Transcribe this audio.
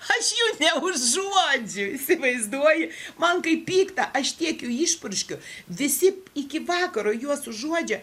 aš jų neužuodžiu įsivaizduoji man kaip pikta aš tiek jų išpurškiu visi iki vakaro juos užuodžia